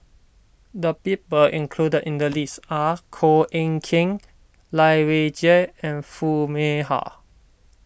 the people included in the list are Koh Eng Kian Lai Weijie and Foo Mee Har